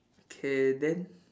K then